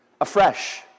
afresh